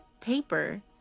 paper